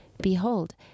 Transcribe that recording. Behold